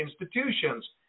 institutions